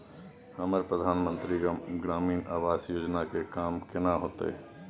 हमरा प्रधानमंत्री ग्रामीण आवास योजना के काम केना होतय?